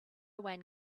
one